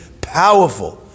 powerful